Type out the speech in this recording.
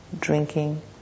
drinking